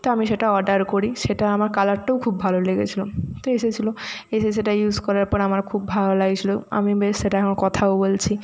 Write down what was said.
তো আমি সেটা অর্ডার করি সেটা আমার কালারটাও খুব ভালো লেগেছিলো তো এসেছিলো এসে সেটা ইউস করার পর আমার খুব ভালো লাগছিলো আমি বেশ সেটা এখন কথাও বলছি